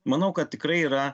manau kad tikrai yra